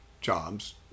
jobs